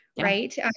Right